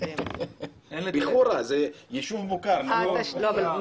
ח'ורא זה יישוב מוכר, נכון?